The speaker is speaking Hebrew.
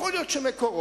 יכול להיות ש"מקורות"